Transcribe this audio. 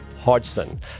Hodgson